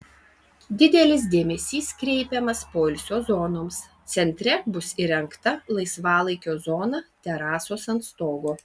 didelis dėmesys kreipiamas poilsio zonoms centre bus įrengta laisvalaikio zona terasos ant stogo